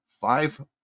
five